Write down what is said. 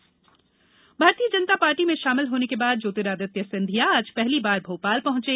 Scindia Bhopal Bharatiya Janata party में शामिल होने के बाद ज्योतिरादित्य सिंधिया आज पहली बार भोपाल पहुंचे